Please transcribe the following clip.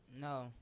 No